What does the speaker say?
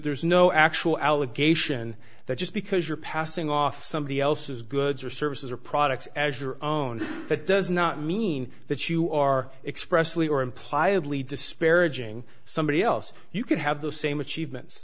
there's no actual allegation that just because you're passing off somebody else's goods or services or products as your own that does not mean that you are expressively or imply of lee disparaging somebody else you could have the same achievements